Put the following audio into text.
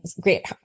Great